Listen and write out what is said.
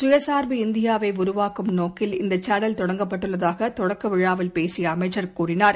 சுயசார்பு இந்தியாவைஉருவாக்கும் நோக்கில் இந்தசேனல் தொடங்கப்பட்டுள்ளதாகதொடக்கவிழாவில் பேசியஅமைச்சர் தெரிவித்தார்